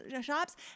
shops